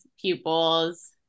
pupils